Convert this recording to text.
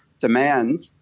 Demand